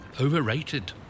overrated